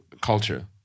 culture